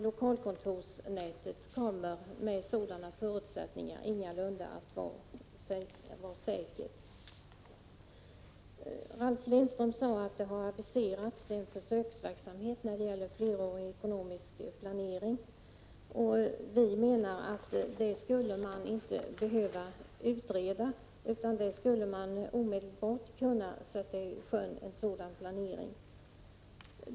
Lokalkontorsnätet kommer, under sådana förutsättningar, ingalunda att vara säkert. Ralf Lindström sade att det har aviserats en försöksverksamhet med flerårig ekonomisk planering. Vi menar att detta inte skulle behöva utredas, utan en sådan planering skulle man omedelbart kunna sätta i sjön.